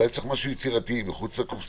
צריך למצוא משהו יצירתי, משהו מחוץ לקופסה.